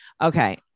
Okay